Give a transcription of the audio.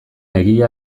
egia